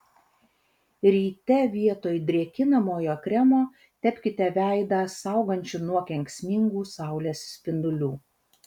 ryte vietoj drėkinamojo kremo tepkite veidą saugančiu nuo kenksmingų saulės spindulių